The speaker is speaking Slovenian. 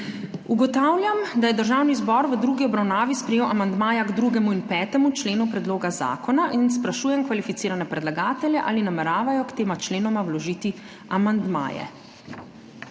Ugotavljam, da je Državni zbor v drugi obravnavi sprejel amandmaja k 2. in 5. členu predloga zakona, in sprašujem kvalificirane predlagatelje, ali nameravajo k tema členoma vložiti amandmaje.